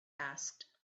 asked